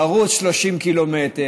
לרוץ 30 קילומטר.